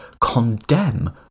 condemn